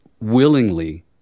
willingly